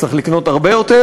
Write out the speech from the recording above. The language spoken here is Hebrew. צריך לקנות הרבה יותר.